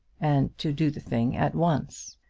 and to do the thing at once.